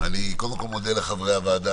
אני קודם כול מודה לחברי הוועדה